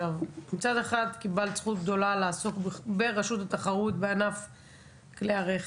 אז מצד אחד קיבלת זכות גדולה לעסוק ברשות התחרות בענף הרכב,